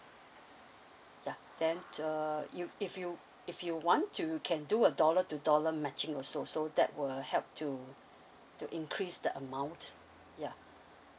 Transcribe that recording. ya then uh you if you if you want you can do a dollar to dollar matching also so that will help to to increase the amount ya